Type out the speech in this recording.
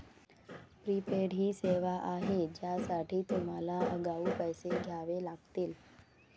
prepaid ही सेवा आहे ज्यासाठी तुम्हाला आगाऊ पैसे द्यावे लागतील